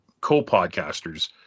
co-podcasters